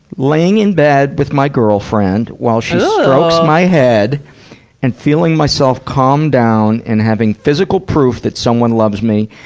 laying in bed with my girlfriend, while she my head and feeling myself calm down and having physical proof that someone loves me.